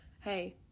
Hey